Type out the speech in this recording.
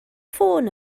ffôn